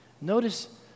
Notice